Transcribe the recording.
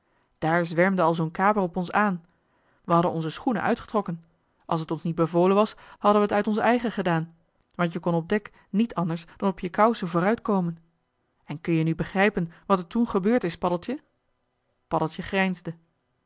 daar zwermde al zoo'n kaper op ons aan wij hadden onze schoenen uitgetrokken als t ons niet bevolen was hadden we t uit ons eigen gedaan want je kon op dek niet anders dan op je kousen vooruit komen en kun-je nu begrijpen wat er toen gebeurd is paddeltje paddeltje grijnsde